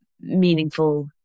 meaningful